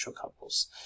couples